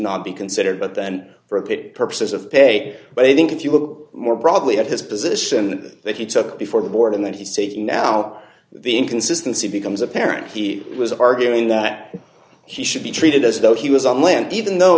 not be considered but then for a bit purposes of pay but i think if you look more broadly at his position that he took before the board and then he said now the inconsistency becomes apparent he was arguing that he should be treated as though he was on land even though